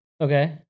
Okay